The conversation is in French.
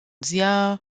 dior